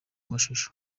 mashusho